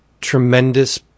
Tremendous